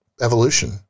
evolution